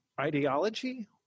ideology